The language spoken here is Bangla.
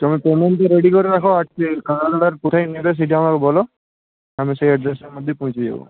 তুমি পেমেন্টটা রেডি করে রাখো আর যে কাঁকড়ার কোথায় নেবে সেটা আমাকে বলো আমি সেই অ্যাড্রেসটার মধ্যে পৌঁছে যাবো